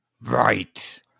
Right